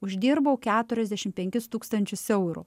uždirbau keturiasdešim penkis tūkstančius eurų